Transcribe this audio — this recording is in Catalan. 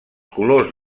colors